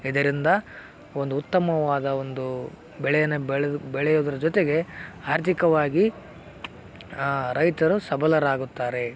ಇದರಿಂದ ಒಂದು ಉತ್ತಮವಾದ ಒಂದು ಬೆಳೆಯನ್ನು ಬೆಳೆದು ಬೆಳೆಯೋದರ ಜೊತೆಗೆ ಆರ್ಥಿಕವಾಗಿ ರೈತರು ಸಬಲರಾಗುತ್ತಾರೆ